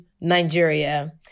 Nigeria